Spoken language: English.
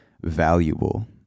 valuable